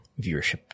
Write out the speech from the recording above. viewership